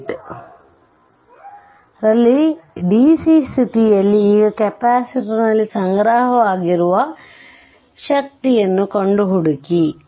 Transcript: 8 ರಲ್ಲಿ ಡಿಸಿ ಸ್ಥಿತಿಯಲ್ಲಿ ಈಗ ಕೆಪಾಸಿಟರ್ನಲ್ಲಿ ಸಂಗ್ರಹವಾಗಿರುವ ಶಕ್ತಿಯನ್ನು ಕಂಡು ಹುಡುಕಿ